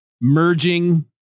merging